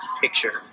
picture